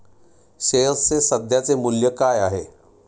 शेअर्सचे सध्याचे मूल्य काय आहे?